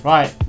Right